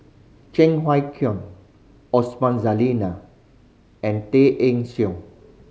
Cheng Wai Keung Osman Zailani and Tay Eng Soon